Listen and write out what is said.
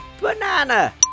banana